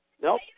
Nope